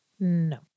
No